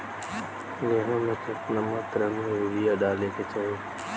गेहूँ में केतना मात्रा में यूरिया डाले के चाही?